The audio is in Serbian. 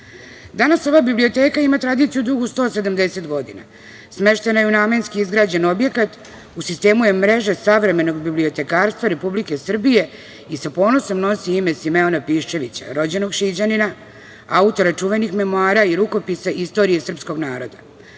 Danas ova biblioteka ima tradiciju dugu 170 godina. Smeštena je u namenski izgrađen objekat, u sistemu je mreže savremenog bibliotekarstva Republike Srbije i sa ponosom nosi ime „Simeona Piščevića“ rođenog Šiđanina, autora čuvenih memoara i rukopisa istorije srpskog naroda,